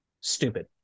Stupid